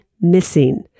missing